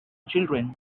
children